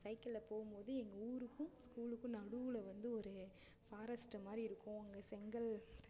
சைக்கிளில் போகும்போது எங்கள் ஊருக்கும் ஸ்கூலுக்கும் நடுவில் வந்து ஒரு ஃபாரஸ்ட்டு மாதிரி இருக்கும் அங்கே செங்கல்